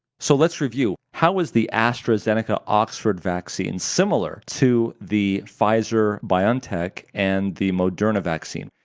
so let's review how is the astrazeneca-oxford vaccine similar to the pfizer-biontech and the moderna vaccine.